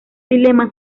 dilema